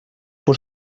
por